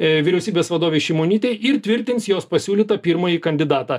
ė vyriausybės vadovei šimonytei ir tvirtins jos pasiūlytą pirmąjį kandidatą